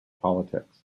politics